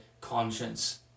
conscience